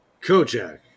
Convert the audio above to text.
Kojak